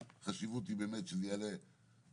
החשיבות היא באמת שזה יעלה להצבעה,